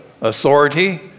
authority